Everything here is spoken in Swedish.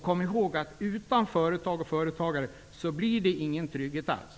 Kom ihåg att det utan företag och företagare inte blir någon trygghet alls.